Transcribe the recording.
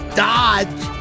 dodge